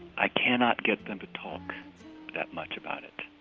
i cannot get them to talk that much about it.